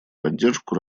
поддержку